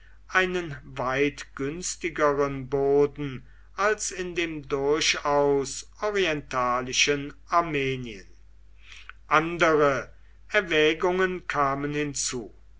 einen weit günstigeren boden als in dem durchaus orientalischen armenien andere erwägungen kamen hinzu